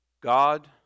God